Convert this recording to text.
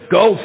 go